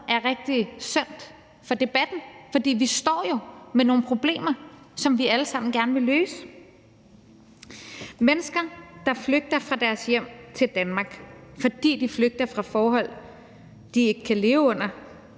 er rigtig synd for debatten, for vi står jo med nogle problemer, som vi alle sammen gerne vil løse. Mennesker, der flygter fra deres hjem til Danmark, fordi de flygter fra forhold, de ikke kan leve under,